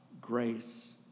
grace